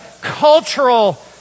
cultural